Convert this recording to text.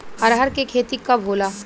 अरहर के खेती कब होला?